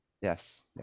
Yes